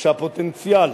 שהפוטנציאל